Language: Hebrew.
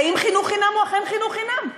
האם חינוך חינם הוא אכן חינוך חינם?